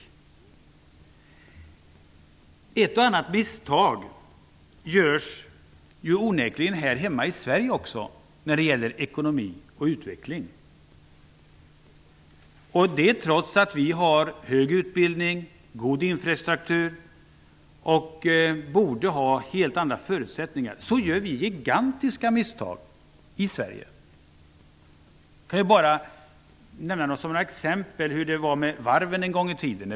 Det görs onekligen ett och annat misstag också här hemma i Sverige när det gäller ekonomi och utveckling. Det sker trots att vi har hög utbildning, god infrastruktur och borde ha helt andra förutsättningar. Vi gör gigantiska misstag i Sverige. Jag kan nämna som exempel hur det en gång i tiden var med varven.